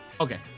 Okay